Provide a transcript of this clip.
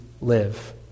live